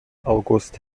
august